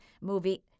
movie